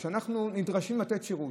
מפני שאנחנו נדרשים לתת שירות.